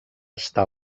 estar